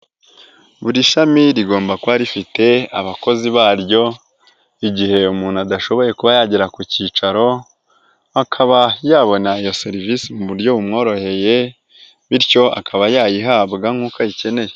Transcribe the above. Buri shami rigomba kuba rifite abakozi baryo, igihe umuntu adashoboye kuba yagera ku cyicaro, akaba yabona iyo serivisi muburyo bumworoheye bityo akaba yayihabwa nk'uko ayikeneye.